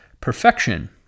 perfection